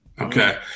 okay